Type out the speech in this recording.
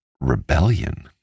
rebellion